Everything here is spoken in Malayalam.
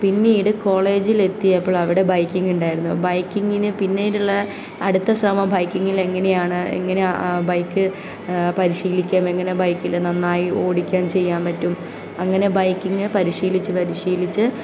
പിന്നീട് കോളേജിൽ എത്തിയപ്പോൾ അവിടെ ബൈക്കിങ് ഉണ്ടായിരുന്നു ബൈക്കിങ്ങിന് പിന്നീടുള്ള അടുത്ത ശ്രമം ബൈക്കിങ്ങിൽ എങ്ങനെയാണ് എങ്ങനെ ബൈക്ക് പരിശീലിക്കാം എങ്ങനെ ബൈക്കിൽ നന്നായി ഓടിക്കാൻ ചെയ്യാൻ പറ്റും അങ്ങനെ ബൈക്കിങ് പരിശീലിച്ച് പരിശീലിച്ച്